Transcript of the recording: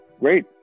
great